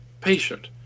patient